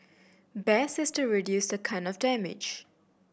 best is to reduce the kind of damage